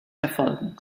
erfolgen